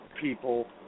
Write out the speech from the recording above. people